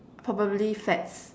probably fats